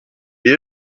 est